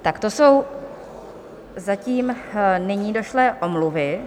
Tak to jsou zatím nyní došlé omluvy.